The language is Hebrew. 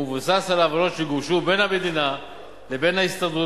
ומבוסס על ההבנות שגובשו בין המדינה לבין ההסתדרות